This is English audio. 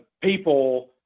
people